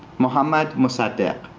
mohammad mosaddegh,